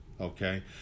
Okay